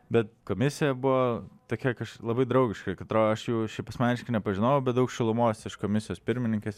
bet komisija buvo tokia kaž labai draugiška kad atrodo aš jau jos asmeniškai nepažinojau bet daug šilumos iš komisijos pirmininkės